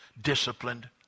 disciplined